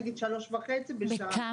או נגיד שלוש וחצי בשעה אחת.